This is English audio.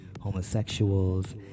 homosexuals